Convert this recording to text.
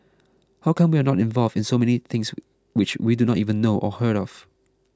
how come we are not involved in so many things which we do not even know or hear of